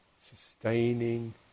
sustaining